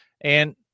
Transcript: and-